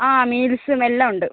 ആ മീൽസും എല്ലാം ഉണ്ട്